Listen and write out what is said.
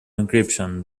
encryption